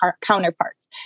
counterparts